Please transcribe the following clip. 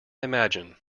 imagine